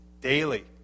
daily